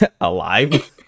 alive